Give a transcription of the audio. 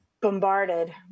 bombarded